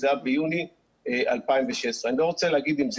זה היה ביוני 2016. אני לא רוצה להגיד אם זה